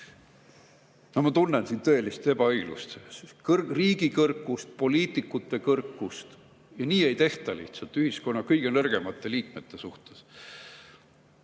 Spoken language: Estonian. Ma tunnen siin tõelist ebaõiglust, riigi kõrkust, poliitikute kõrkust. Nii lihtsalt ei tehta ühiskonna kõige nõrgemate liikmete suhtes.